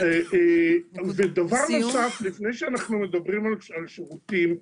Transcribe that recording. לפני שנדבר על שירותים,